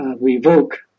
revoked